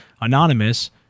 Anonymous